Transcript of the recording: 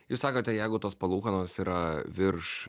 jūs sakote jeigu tos palūkanos yra virš